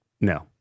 no